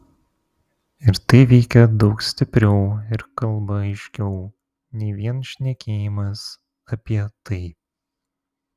ir tai veikia daug stipriau ir kalba aiškiau nei vien šnekėjimas apie tai